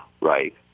right